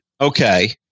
Okay